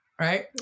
Right